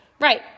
Right